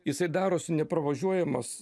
jisai darosi nepravažiuojamas